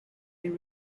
been